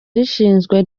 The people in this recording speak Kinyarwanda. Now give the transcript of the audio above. rishinzwe